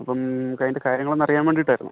അപ്പം അതിൻ്റെ കാര്യങ്ങൾ ഒന്ന് അറിയാൻ വേണ്ടീട്ട് ആയിരുന്നു